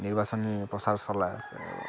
নিৰ্বাচনী প্ৰচাৰ চলাই আছে